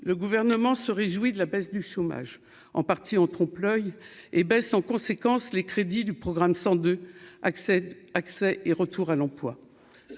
le gouvernement se réjouit de la baisse du chômage en partie en trompe oeil et baisse en conséquence, les crédits du programme 102 accèdent accès et retour à l'emploi,